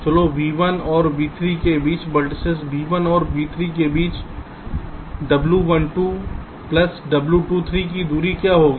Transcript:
चलो v1 और v3 के बीच वेर्तिसेस v1 और v3 के बीच W12 प्लस W23 की दूरी क्या होगी